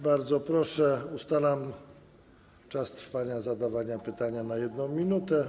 Bardzo proszę, ustalam czas na zadawanie pytania na 1 minutę.